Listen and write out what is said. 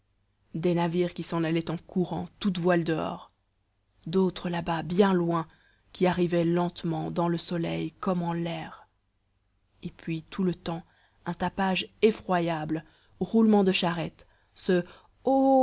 des navires qui s'en allaient en courant toutes voiles dehors d'autres là has bien loin qui arrivaient lentement dans le soleil comme en l'air et puis tout le temps un tapage effroyable roulement de charrettes ce